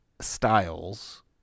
styles